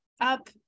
up